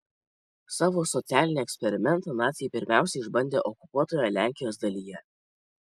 savo socialinį eksperimentą naciai pirmiausia išbandė okupuotoje lenkijos dalyje